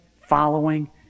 following